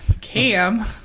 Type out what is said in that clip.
Cam